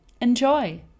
enjoy